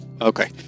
okay